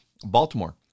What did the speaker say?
Baltimore